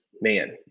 Man